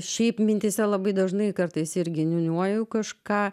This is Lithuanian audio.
šiaip mintyse labai dažnai kartais irgi niūniuoju kažką